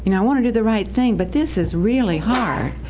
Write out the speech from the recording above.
and i want to do the right thing, but this is really hard,